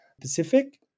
Pacific